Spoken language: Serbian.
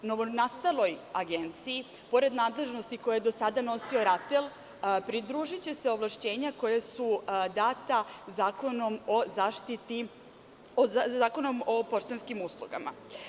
Novonastaloj agenciji, pored nadležnosti koju je do sada nosio RATEL, pridružiće se ovlašćenja koja su data Zakonom o poštanskim uslugama.